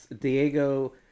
Diego